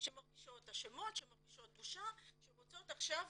שמרגישות אשמות, שמרגישות בושה, שרוצות עכשיו